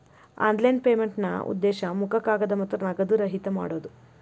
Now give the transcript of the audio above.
online ಪೇಮೆಂಟ್ನಾ ಉದ್ದೇಶ ಮುಖ ಕಾಗದ ಮತ್ತ ನಗದು ರಹಿತ ಮಾಡೋದ್